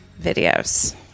videos